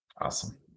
Awesome